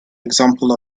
example